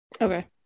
Okay